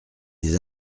des